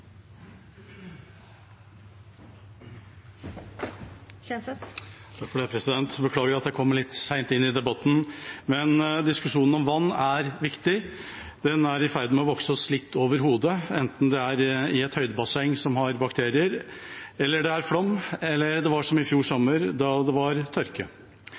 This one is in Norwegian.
det. Jeg beklager at jeg kommer litt seint inn i debatten. Diskusjonen om vann er viktig. Den er i ferd med å vokse oss litt over hodet, enten det er i et høydebasseng som har bakterier, eller det er flom, eller det er som i fjor sommer da det var tørke.